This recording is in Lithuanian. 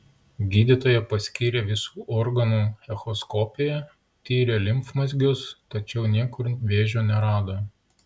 gydytoja paskyrė visų organų echoskopiją tyrė limfmazgius tačiau niekur vėžio nerado